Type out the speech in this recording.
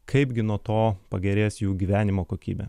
kaipgi nuo to pagerės jų gyvenimo kokybė